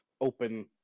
open